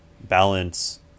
balance